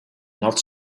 not